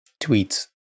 tweets